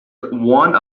one